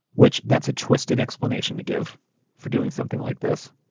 which that's a twisted explanation to give for doing something like this.